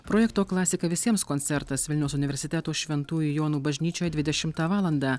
projekto klasika visiems koncertas vilniaus universiteto šventųjų jonų bažnyčioje dvidešimtą valandą